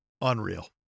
Unreal